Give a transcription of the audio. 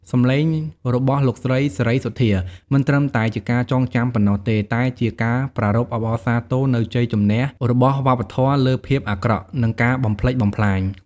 សំឡេងរបស់លោកស្រី សេរីសុទ្ធា មិនត្រឹមតែជាការចងចាំប៉ុណ្ណោះទេ តែជា ការប្រារព្ធអបអរសាទរនូវជ័យជំនះរបស់វប្បធម៌ លើភាពអាក្រក់ និងការបំផ្លិចបំផ្លាញ។